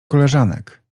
koleżanek